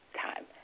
time